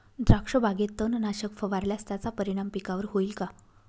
द्राक्षबागेत तणनाशक फवारल्यास त्याचा परिणाम पिकावर होईल का?